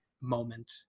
moment